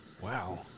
wow